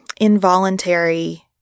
involuntary